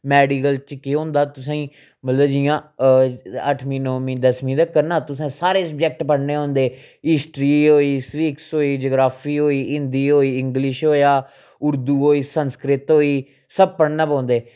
medical च केह् होंदा तुसेंगी मतलब जियां अठमीं नौंमीं दसमीं तकर न तुसें सारे सब्जैक्ट पढ़ने होंदे हिस्टरी होई स्विक्स होई जग्राफी होई हिंदी होई इंग्लिश होएआ उर्दू होई संस्कृत होई सब पढ़ना पौंदे